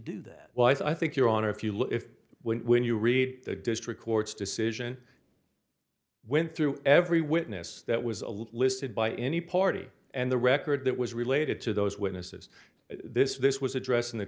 do that well i think your honor if you look if when you read the district court's decision went through every witness that was a listed by any party and the record that was related to those witnesses this was addressed in the